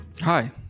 Hi